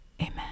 Amen